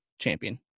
champion